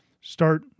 start